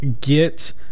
get